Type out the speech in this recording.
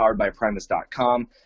poweredbyprimus.com